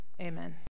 Amen